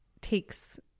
takes